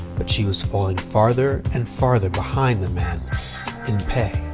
but she was falling farther and farther behind the men in pay.